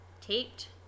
taped